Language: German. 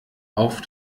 auf